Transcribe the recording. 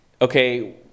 okay